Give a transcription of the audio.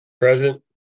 Present